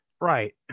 Right